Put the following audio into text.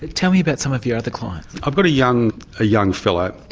tell me about some of your other clients. i've got a young young fellow.